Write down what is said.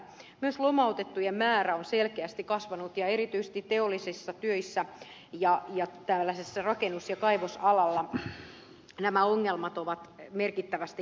myös lomautettujen määrä on selkeästi kasvanut ja erityisesti teollisissa töissä ja rakennus ja kaivosalalla nämä ongelmat ovat merkittävästi kasvaneet